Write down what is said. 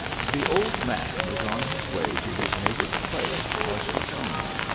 the old man was on his way to his native place archidona,